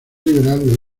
liberal